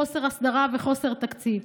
חוסר הסדרה וחוסר תקציב.